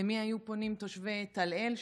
למי היו פונים תושבי טל-אל,